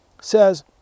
says